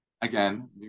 again